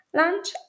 lunch